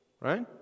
right